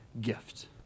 gift